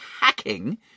hacking